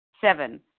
Seven